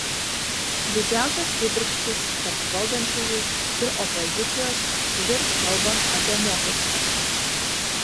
didžiausios kibirkštys tarp valdančiųjų ir opozicijos žirs kalbant apie mokesčius